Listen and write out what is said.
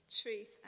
truth